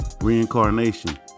reincarnation